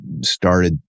started